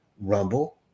Rumble